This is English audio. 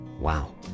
wow